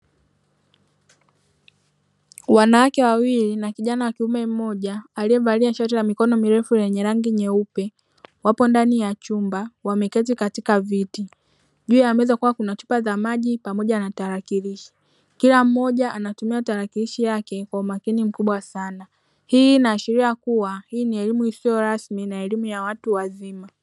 Wanawake wawili na kijana wa kiume mmoja aliyevalia shati la mikono mirefu lenye rangi nyeupe wapo ndani ya chumba wameketi katika viti juu ya meza kukiwa na chupa za maji pamoja na tarakilishi kila mmoja anatumia tarakilishi yake kwa umakini mkubwa sana. Hii inaashiria kuwa hii ni elimu isiyo rasmi na elimu ya watu wazima.